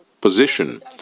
position